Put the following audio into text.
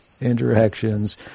interactions